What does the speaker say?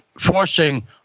forcing